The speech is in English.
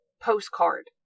postcard